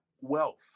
wealth